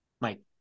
mike